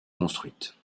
construite